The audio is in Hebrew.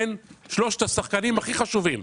שלושת השחקנים הכי חשובים: